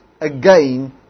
again